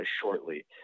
shortly